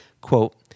Quote